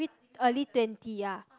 early twenty ya